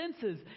senses